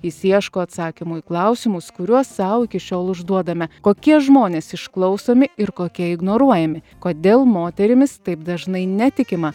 jis ieško atsakymų į klausimus kuriuos sau iki šiol užduodame kokie žmonės išklausomi ir kokie ignoruojami kodėl moterimis taip dažnai netikima